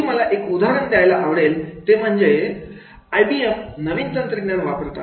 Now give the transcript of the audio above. शेवटी मला एक उदाहरण द्यायला आवडेल ते म्हणजे आयबीएम नवीन तंत्रज्ञान वापरत आहे